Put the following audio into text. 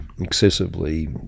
excessively